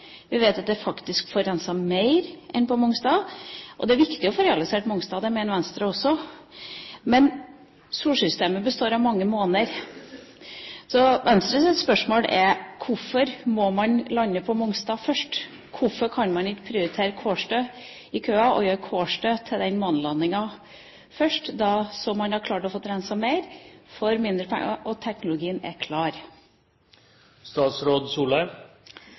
vi vet at det faktisk får renset mer enn på Mongstad. Det er viktig å få realisert Mongstad, det mener Venstre også. Men solsystemet består av mange måner. Så Venstres spørsmål er: Hvorfor må man lande på Mongstad først? Hvorfor kan man ikke prioritere Kårstø i køen og gjøre Kårstø til den månelandingen først, så man hadde klart å få renset mer for mindre penger? Og teknologien er